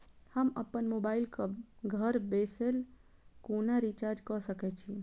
हम अप्पन मोबाइल कऽ घर बैसल कोना रिचार्ज कऽ सकय छी?